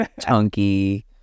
chunky